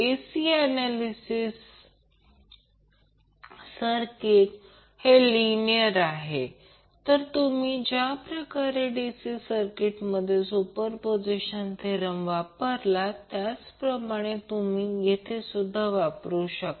AC circuit हे linear आहे तर तुम्ही ज्याप्रकारे DC सर्किटमध्ये सुपरपोझिशन थेरम वापरला त्याप्रमाणे येथे सुद्धा वापरू शकता